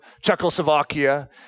Czechoslovakia